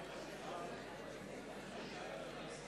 בבקשה.